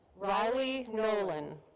riley nolen.